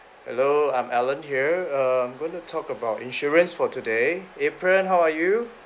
hello I'm alan here err I'm going to talk about insurance for today april how are you